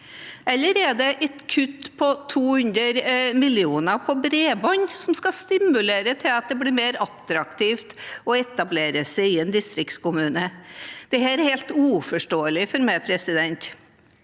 Eller er det et kutt på 200 mill. kr til bredbånd som skal stimulere til at det blir mer attraktivt å etablere seg i en distriktskommune? Dette er helt uforståelig for meg. I tillegg